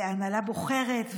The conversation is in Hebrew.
ההנהלה בוחרת,